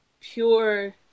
pure